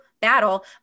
battle